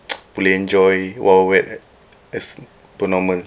boleh enjoy wild wild wet as per normal